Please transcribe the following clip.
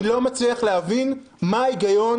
אני לא מצליח להבין מה ההיגיון.